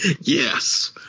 yes